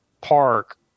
park